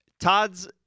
Todd's